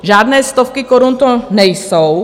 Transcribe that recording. Žádné stovky korun to nejsou.